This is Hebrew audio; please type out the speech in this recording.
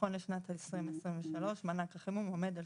נכון לשנת 2023 מענק החימום עומד על